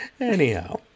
Anyhow